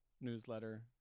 newsletter